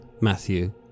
Matthew